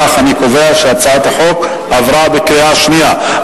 אם כך, אני קובע שהצעת החוק עברה בקריאה שנייה.